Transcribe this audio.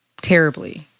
terribly